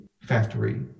factory